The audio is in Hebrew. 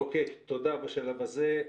אוקיי, תודה בשלב הזה.